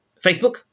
Facebook